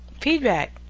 feedback